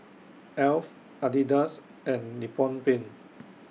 Alf Adidas and Nippon Paint